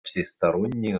всестороннее